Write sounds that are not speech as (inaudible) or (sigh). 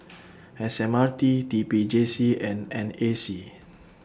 (noise) S M R T T P J C and N A C